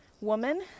woman